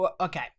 okay